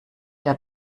der